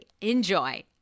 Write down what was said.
Enjoy